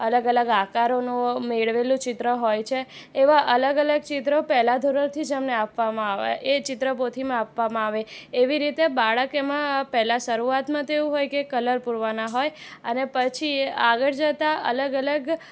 અલગ અલગ આકારોનો મેળવેલું ચિત્ર હોય છે એવા અલગ અલગ ચિત્રો પહેલા ધોરણથી જ અમને આપવામાં આવે એ ચિત્રપોથીમાં આપવામાં આવે એવી રીતે બાળક એમાં પહેલા શરૂઆતમાં તો એવું હોય કે કલર પુરવાના હોય અને પછી એ આગળ જતાં અલગ અલગ